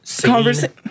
conversation